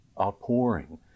outpouring